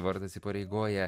vardas įpareigoja